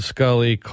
Scully